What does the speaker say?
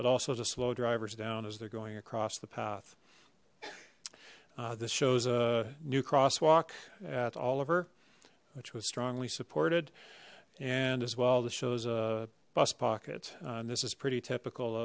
but also to slow drivers down as they're going across the path uh this shows a new crosswalk at oliver which was strongly supported and as well this shows a bus pocket and this is pretty typical